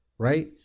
right